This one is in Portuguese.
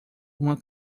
uma